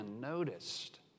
noticed